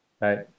right